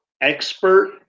expert